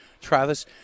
Travis